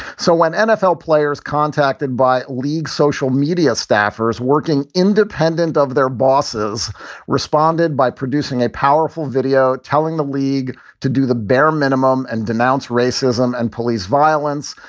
so when nfl players contacted by league social media staffers working independent of their bosses responded by producing a powerful video telling the league to do the bare minimum and denounce racism and police violence.